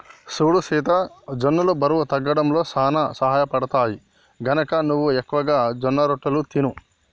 సూడు సీత జొన్నలు బరువు తగ్గడంలో సానా సహయపడుతాయి, గనక నువ్వు ఎక్కువగా జొన్నరొట్టెలు తిను